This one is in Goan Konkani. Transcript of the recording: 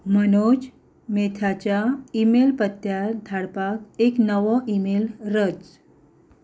मनोज मेथाच्या इमेल पत्त्यार धाडपाक एक नवो इमेल रच